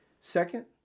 second